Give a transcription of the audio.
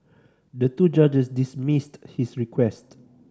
the two judges dismissed his request